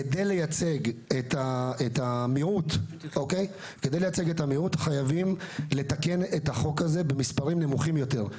כדי לייצג את המיעוט חייבים לתקן את החוק הזה במספרים נמוכים יותר.